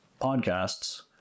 podcasts